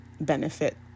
benefit